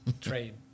trade